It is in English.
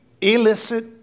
illicit